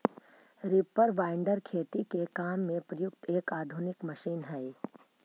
reaper binder खेती के काम में प्रयुक्त एक आधुनिक मशीन हई